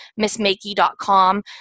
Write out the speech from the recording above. missmakey.com